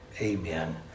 Amen